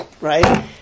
right